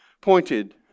pointed